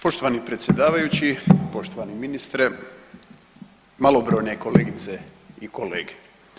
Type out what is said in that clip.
Poštovani predsjedavajući, poštovani ministre, malobrojne kolegice i kolege.